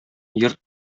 йорт